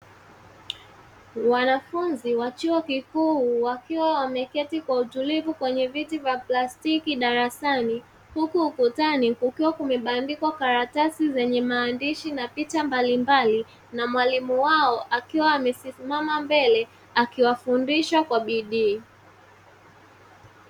Wanafunzi wa chuo kikuu wakiwa wameketi kwa utulivu kwenye viti vya plastiki darasani, huku ukutani kukiwa kumebandikwa karatasi zenye maandishi na picha mbalimbali na mwalimu wao, akiwa amesimama mbele akiwafundisha kwa bidii.